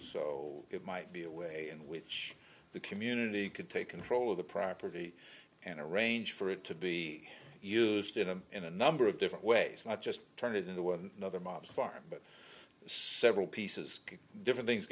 so it might be a way in which the community could take control of the property and arrange for it to be used in a in a number of different ways not just turn it into one other mobs farm but several pieces of different things